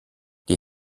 die